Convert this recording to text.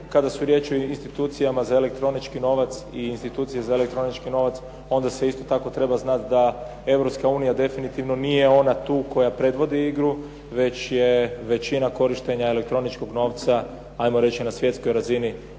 Kada su riječi o institucijama za elektronički novac i institucije za elektronički novac onda se isto tako treba znati da Europska unija definitivno nije ona tu koja predvodi igru, već je većina korištenja elektroničkog novca hajmo reći na svjetskoj razini